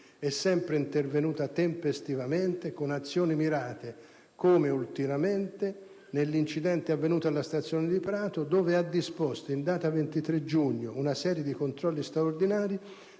è sempre intervenuta tempestivamente con azioni mirate, come ultimamente in occasione dell'incidente avvenuto nella stazione di Prato dove ha disposto, in data 23 giugno, una serie di controlli straordinari